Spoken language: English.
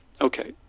okay